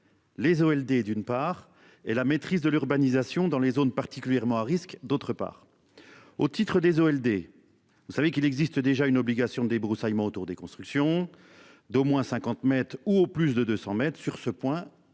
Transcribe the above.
Les, des, d'une part et la maîtrise de l'urbanisation dans les zones particulièrement à risque. D'autre part. Au titre des ALD. Vous savez qu'il existe déjà une obligation débroussaillement autour des constructions d'au moins 50 mètres ou au plus de 200 mètres sur ce point,